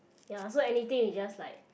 ya so anything we just like